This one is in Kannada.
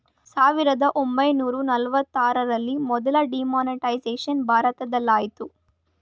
ಸಾವಿರದ ಒಂಬೈನೂರ ನಲವತ್ತರಲ್ಲಿ ಮೊದಲ ಡಿಮಾನಿಟೈಸೇಷನ್ ಭಾರತದಲಾಯಿತು